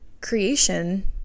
creation